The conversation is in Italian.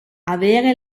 avere